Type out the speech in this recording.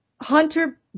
Hunter